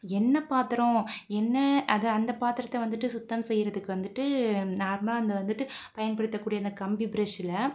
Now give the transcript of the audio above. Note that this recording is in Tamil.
எண்ணய் பாத்திரம் எண்ணய் அது அந்த பாத்திரத்த வந்துட்டு சுத்தம் செய்கிறதுக்கு வந்துட்டு நார்மலாக இந்த வந்துட்டு பயன்படுத்தக்கூடிய இந்த கம்பி பிரஷ்ஷில்